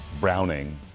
browning